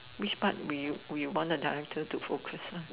which partner will will you want directly to focus on